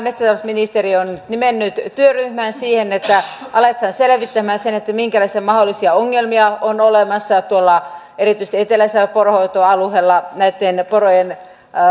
metsätalousministeriö on kuitenkin nimennyt työryhmän siihen että aletaan selvittämään minkälaisia mahdollisia ongelmia on olemassa erityisesti eteläisellä poronhoitoalueella näitten porojen